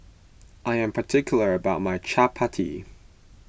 I am particular about my Chappati